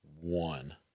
one